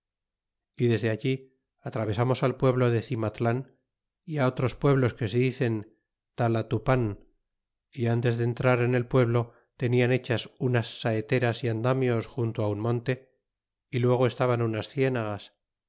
desde allí atravesamos al pueblo de cimatlan y otros pueblos que se dicen talatupan y ntes de entrar en el pueblo tenian hechas unas saeteras y andamios junto un monte y luego estaban unas cienagas